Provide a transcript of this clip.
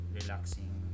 relaxing